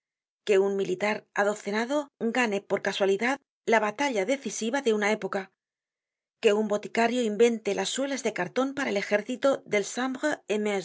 que un militar adocenado gane por casualidad la batalla decisiva de una época que un boticario invente las suelas de carton para el ejército del